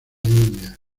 india